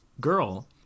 girl—